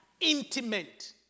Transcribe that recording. intimate